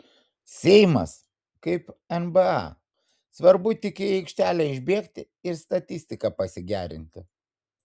seimas kaip nba svarbu tik į aikštelę išbėgti ir statistiką pasigerinti